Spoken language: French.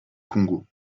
congo